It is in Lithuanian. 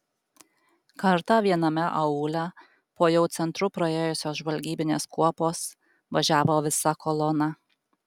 kartą viename aūle po jau centru praėjusios žvalgybinės kuopos važiavo visa kolona